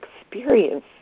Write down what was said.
experience